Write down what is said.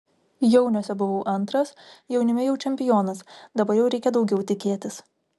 jauniuose buvau antras jaunime jau čempionas dabar jau reikia daugiau tikėtis